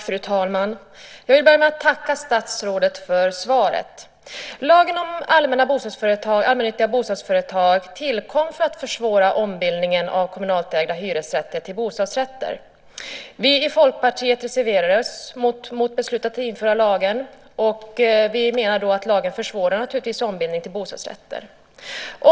Fru talman! Jag vill börja med att tacka statsrådet för svaret. Lagen om allmännyttiga bostadsföretag tillkom för att försvåra ombildningen av kommunalt ägda hyresrätter till bostadsrätter. Vi i Folkpartiet reserverade oss mot beslutet att införa lagen. Vi menar att lagen naturligtvis försvårar ombildningen till bostadsrätter.